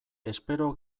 espero